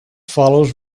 follows